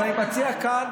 אבל אני מציע כאן